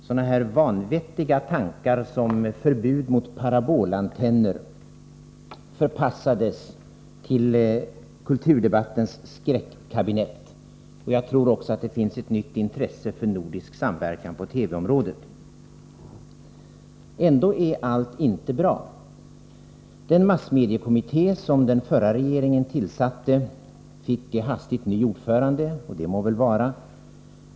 Sådana vanvettiga tankar som ett förbud mot parabolantenner förpassades till kulturdebattens skräckkabinett. Jag tror att det även finns ett nytt intresse för nordisk samverkan på TV-området. Ändå är allt inte bra. Den massmediekommitté som den förra regeringen tillsatte fick hastigt ny ordförande — och det må väl vara.